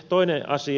toinen asia